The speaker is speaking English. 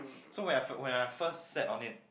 so when I when I first sat on it